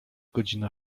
godzina